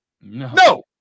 no